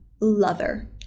lover